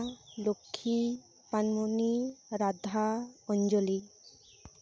ᱤᱧ ᱨᱮᱱ ᱯᱩᱲᱥᱤ ᱠᱚᱣᱟᱜ ᱧᱩᱛᱩᱢ ᱫᱚ ᱦᱩᱭᱩᱜ ᱠᱟᱱᱟ ᱥᱩᱥᱤᱞᱟ ᱞᱚᱠᱠᱷᱤ ᱯᱟᱱᱢᱚᱱᱤ ᱨᱟᱫᱷᱟ ᱚᱧᱡᱚᱞᱤ